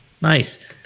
Nice